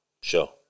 Sure